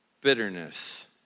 bitterness